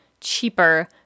cheaper